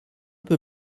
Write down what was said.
peu